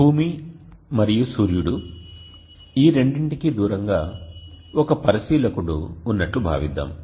భూమి మరియు సూర్యుడు ఈ రెండింటికీ దూరంగా ఒక పరిశీలకుడు ఉన్నట్లు భావిద్దాం